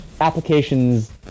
applications